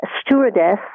stewardess